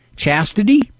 Chastity